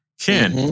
Ken